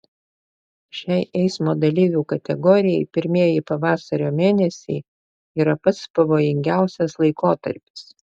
šiai eismo dalyvių kategorijai pirmieji pavasario mėnesiai yra pats pavojingiausias laikotarpis